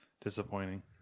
disappointing